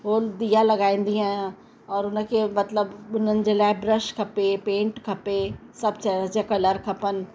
उहो दिया लॻाईंदी आहियां और उन खे मतिलबु उन्हनि जे लाइ ब्रश खपे पेंट खपे सभु तरह जा कलर खपनि